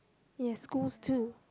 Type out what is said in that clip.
yes schools too